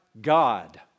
God